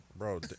Bro